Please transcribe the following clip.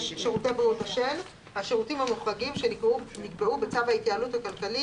״״שירותי בריאות השף׳ - השירותים המוחרגים שנקבעו בצו ההתייעלות הכלכלית